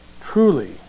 truly